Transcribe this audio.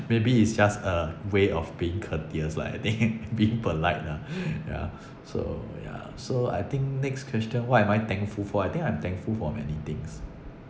maybe it's just a way of being courteous lah I think being polite lah ya so ya so I think next question what am I thankful for I think I'm thankful for many things